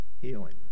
healing